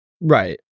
right